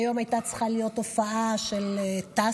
היום הייתה צריכה להיות הופעה של טסי,